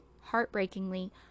Heartbreakingly